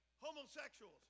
homosexuals